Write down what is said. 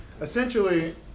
Essentially